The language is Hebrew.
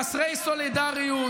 חסרי סולידריות,